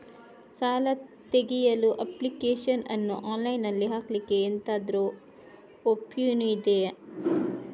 ಸಾಲ ತೆಗಿಯಲು ಅಪ್ಲಿಕೇಶನ್ ಅನ್ನು ಆನ್ಲೈನ್ ಅಲ್ಲಿ ಹಾಕ್ಲಿಕ್ಕೆ ಎಂತಾದ್ರೂ ಒಪ್ಶನ್ ಇದ್ಯಾ?